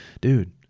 dude